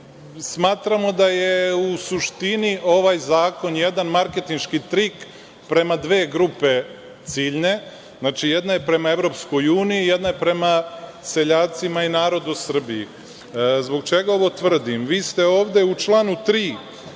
puta. Smatramo da je u suštini ovaj zakon jedan marketinški trik prema dve grupe ciljne. Jedna je prema EU, a jedna je prema seljacima i narodu u Srbiji. Zbog čega ovo tvrdim? Vi ste ovde u stavu 3.